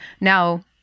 now